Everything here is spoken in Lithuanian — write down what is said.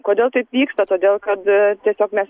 kodėl taip vyksta todėl kad tiesiog mes